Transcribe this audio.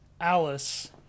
Alice